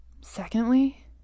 Secondly